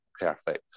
perfect